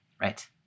Right